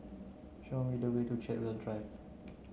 show me the way to Chartwell Drive